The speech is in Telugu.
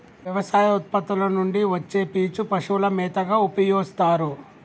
వ్యవసాయ ఉత్పత్తుల నుండి వచ్చే పీచు పశువుల మేతగా ఉపయోస్తారు